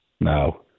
No